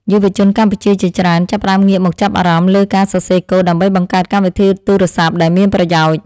យុវជនកម្ពុជាជាច្រើនចាប់ផ្តើមងាកមកចាប់អារម្មណ៍លើការសរសេរកូដដើម្បីបង្កើតកម្មវិធីទូរស័ព្ទដែលមានប្រយោជន៍។